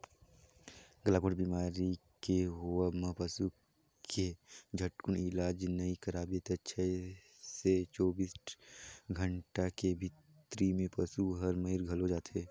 गलाघोंट बेमारी के होवब म पसू के झटकुन इलाज नई कराबे त छै से चौबीस घंटा के भीतरी में पसु हर मइर घलो जाथे